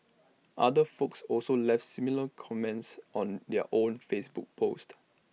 other folks also left similar comments on their own Facebook post